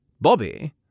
Bobby